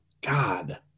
God